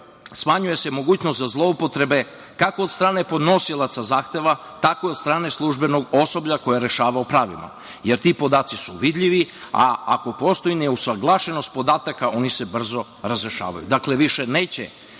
smanjuje se mogućnost za zloupotrebe kako od strane podnosilaca zahteva, tako od strane službenog osoblja koje je rešavao pravilno, jer ti podaci su vidljivi, a ako postoji neusaglašenost podataka oni se brzo razrešavaju. Dakle, više neće